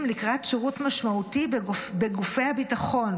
לקראת שירות משמעותי בגופי הביטחון,